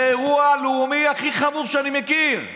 זה האירוע הלאומי הכי חמור שאני מכיר.